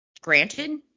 granted